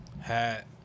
hat